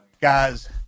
guys